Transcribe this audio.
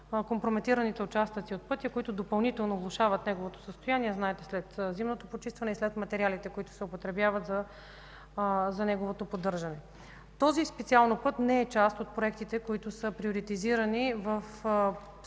компрометираните участъци от пътя, които допълнително влошават неговото състояние, след зимното почистване и след материалите, които се употребяват за неговото поддържане. Специално този път не е част от проектите, които са приоритетни в списъка